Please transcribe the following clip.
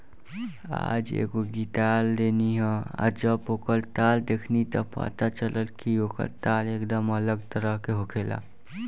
आज एगो गिटार लेनी ह आ जब ओकर तार देखनी त पता चलल कि ओकर तार एकदम अलग तरह के होखेला